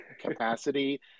capacity